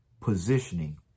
Positioning